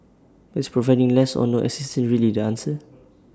but is providing less or no assistance really the answer